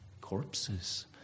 corpses